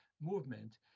movement